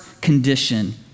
condition